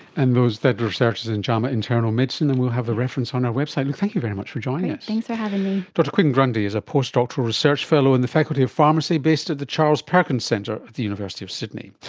and that research is in jama internal medicine, and we will have the reference on our website. and thank you very much for joining us. thanks for having me. dr quinn grundy is a postdoctoral research fellow in the faculty of pharmacy based at the charles perkins centre at the university of sydney.